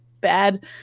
bad